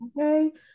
okay